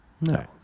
No